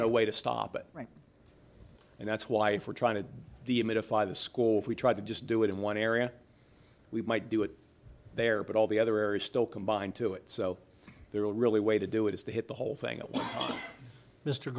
no way to stop it right and that's why for trying to the amidah five schools we try to just do it in one area we might do it there but all the other areas still combine to it so they're all really way to do it is to hit the whole thing mr